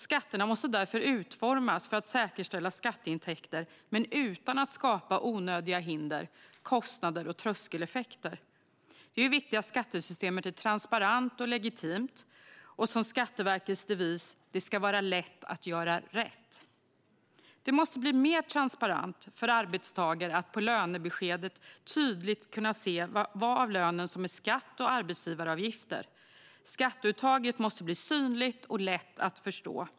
Skatterna måste därför utformas för att säkerställa skatteintäkter utan att skapa onödiga hinder, kostnader och tröskeleffekter. Det är viktigt att skattesystemet är transparent och legitimt och att det, i enlighet med Skatteverkets devis, "ska vara lätt att göra rätt". Det måste bli mer transparent så att arbetstagare tydligt kan se på lönebeskedet vad av lönen som är skatt och arbetsgivaravgifter. Skatteuttaget måste bli synligt och lätt att förstå.